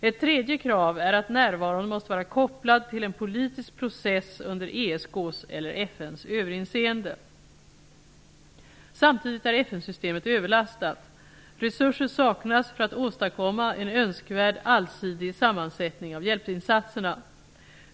Ett tredje krav är att närvaron måste vara kopplad till en politisk process under ESK:s eller FN:s överinseende. Samtidigt är FN-systemet överlastat. Resurser saknas för att åstadkomma en önskvärd, allsidig sammansättning av hjälpinsatserna.